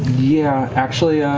yeah actually,